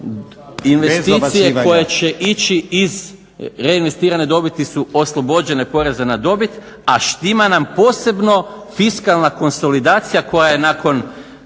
investicije koje će ići iz reinvestirane dobiti su oslobođene poreza na dobit, a štima nam posebno fiskalna konsolidacija koja je nakon